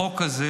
החוק הזה,